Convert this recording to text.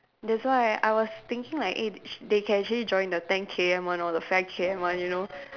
that's why I was thinking like eh sh~ they can actually join the ten K_M one or the five K_M one you know